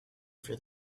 for